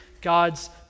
God's